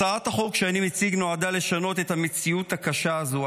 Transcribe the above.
הצעת החוק שאני מציג נועדה לשנות את המציאות הקשה הזו.